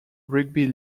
rugby